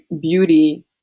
beauty